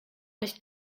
nicht